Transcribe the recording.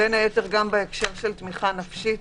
גם בהקשר של תמיכה נפשית,